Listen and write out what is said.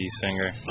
singer